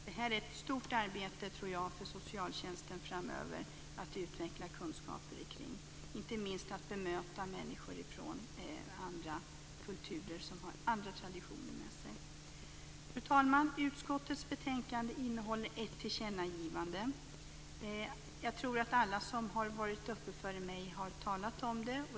Detta är ett stort arbete för socialtjänsten framöver att utveckla kunskaper omkring, inte minst när det gäller att bemöta människor från andra kulturer som har andra traditioner med sig. Fru talman! Utskottets betänkande innehåller ett tillkännagivande. Jag tror att alla som har varit uppe i debatten före mig här har talat om det.